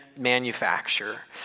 manufacture